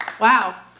Wow